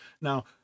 Now